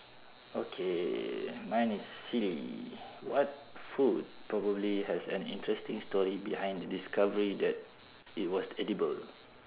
okay mine is C what food probably has an interesting story behind the discovery that it was edible